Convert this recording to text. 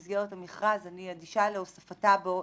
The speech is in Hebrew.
הזאת במסגרת המכרז אני אדישה להוספתה פה.